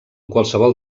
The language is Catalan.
qualsevol